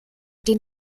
den